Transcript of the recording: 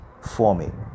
forming